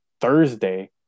Thursday